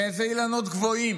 לו.